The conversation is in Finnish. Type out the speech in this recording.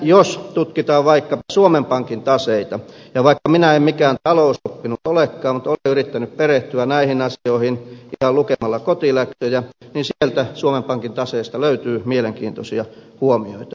jos tutkitaan vaikkapa suomen pankin taseita ja vaikka minä en mikään talousoppinut olekaan mutta olen yrittänyt perehtyä näihin asioihin ihan lukemalla kotiläksyjä niin sieltä suomen pankin taseesta löytyy mielenkiintoisia huomioita